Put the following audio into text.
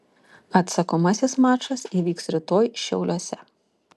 atsakomasis mačas įvyks rytoj šiauliuose